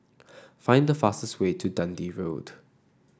find the fastest way to Dundee Road